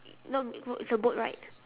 no no it's a boat ride